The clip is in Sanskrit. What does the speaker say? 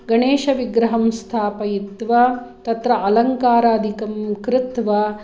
गणेशविग्रहं स्थापयित्वा तत्र अलङ्कारिदिकं कृत्वा